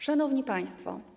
Szanowni Państwo!